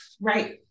Right